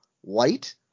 white